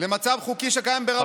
למצב חוקי שקיים ברבות ממדינות העולם.